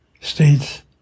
states